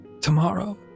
tomorrow